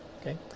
Okay